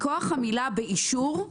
מכוח המילה "באישור",